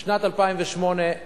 בשנת 2008,